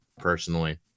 personally